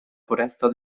foresta